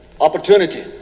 opportunity